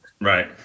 Right